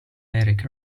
eric